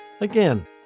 Again